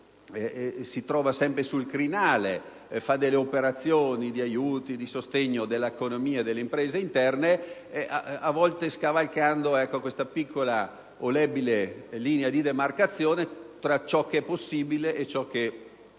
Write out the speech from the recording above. si trova sempre sul crinale: fa delle operazioni di aiuto e di sostegno dell'economia e delle imprese interne a volte scavalcando questa piccola, labile linea di demarcazione tra ciò che è possibile e ciò che va contro le